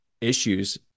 issues